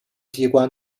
机关